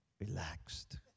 relaxed